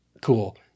Cool